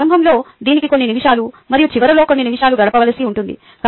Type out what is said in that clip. మీరు ప్రారంభంలో దీనికి కొన్ని నిమిషాలు మరియు చివరిలో కొన్ని నిమిషాలు గడపవలసి ఉంటుంది